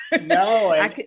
No